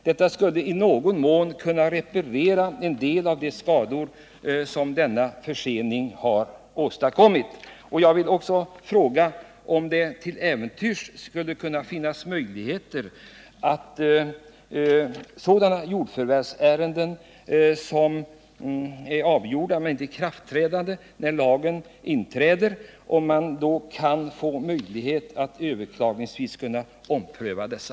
Detta skulle i någon mån kunna reparera en del av de skador som förseningen har vållat. Jag vill slutligen fråga jordbruksministern: Kommer det att finnas möjligheter att genom överklagande ompröva sådana jordförvärvsärenden som är avgjorda men inte har trätt i kraft den dag lagen börjar gälla?